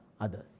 others